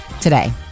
today